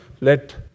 Let